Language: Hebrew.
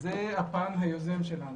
זה הפן היוזם שלנו.